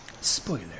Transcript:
Spoiler